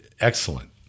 excellent